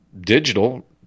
digital